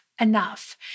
Enough